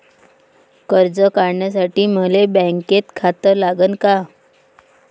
कर्ज काढासाठी मले बँकेत खातं लागन का?